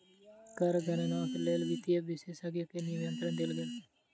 कर गणनाक लेल वित्तीय विशेषज्ञ के निमंत्रण देल गेल